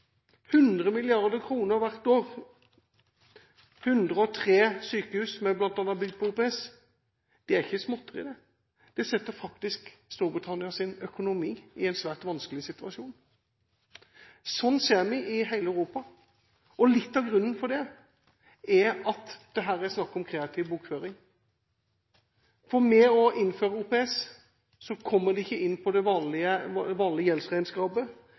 100 mrd. kr hvert år, bl.a. 103 sykehus bygget på OPS. Det er ikke småtterier. Det setter faktisk Storbritannias økonomi i en svært vanskelig situasjon. Slikt ser vi i hele Europa, og litt av grunnen til det er at det her er snakk om kreativ bokføring, for ved å innføre OPS kommer det ikke inn på det vanlige